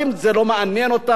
זה לא מעניין אותם.